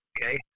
Okay